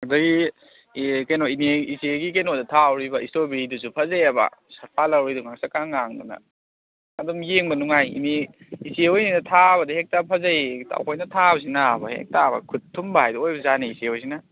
ꯑꯗꯒꯤ ꯑꯦ ꯀꯩꯅꯣ ꯏꯅꯦ ꯏꯆꯦꯒꯤ ꯀꯩꯅꯣꯗ ꯊꯥꯍꯧꯔꯤꯕ ꯏꯁꯇ꯭ꯔꯣ ꯕꯦꯔꯤꯗꯨꯁꯨ ꯐꯖꯩꯑꯕ ꯄꯥꯜꯍꯧꯔꯤꯗꯣ ꯉꯥꯡꯁꯪꯛꯀ ꯉꯥꯡꯗꯅ ꯑꯗꯨꯝ ꯌꯦꯡꯕ ꯅꯨꯡꯉꯥꯏ ꯏꯅꯦ ꯏꯆꯦ ꯍꯣꯏꯅ ꯊꯥꯕꯗꯤ ꯍꯦꯛꯇ ꯐꯖꯩ ꯑꯩꯈꯣꯏꯅ ꯊꯥꯕꯁꯤꯅꯕ ꯍꯦꯛꯇꯕ ꯈꯨꯠ ꯊꯨꯝꯕ ꯍꯥꯏꯕꯗꯨ ꯑꯣꯏꯕꯖꯥꯠꯅꯤ ꯏꯆꯦ ꯈꯣꯏꯁꯤꯅ